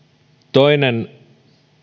toinen